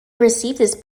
received